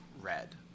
red